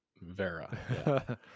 Vera